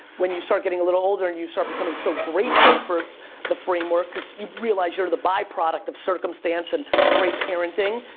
when you start getting a little older, and you start becoming so grateful for the framework, cause you realize you're the byproduct of circumstance and great parenting,